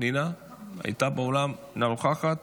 פנינה הייתה באולם, אינה נוכחת,